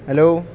hello